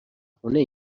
خونه